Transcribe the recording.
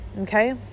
Okay